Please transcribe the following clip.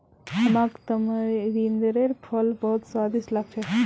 हमाक तमरिंदेर फल बहुत स्वादिष्ट लाग छेक